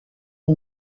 est